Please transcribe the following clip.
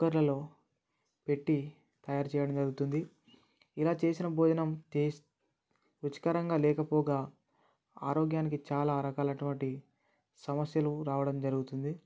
కుక్కర్లలో పెట్టి తయారు చేయడం జరుగుతుంది ఇలా చేసిన భోజనం టేస్ట్ రుచికరంగా లేకపోగా ఆరోగ్యానికి చాలా రకాలైనటువంటి సమస్యలు రావడం జరుగుతుంది